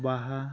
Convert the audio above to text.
ᱵᱟᱦᱟ